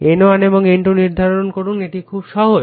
N1 এবং N2 নির্ধারণ করুন একটি খুব সহজ